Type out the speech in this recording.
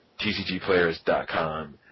tcgplayers.com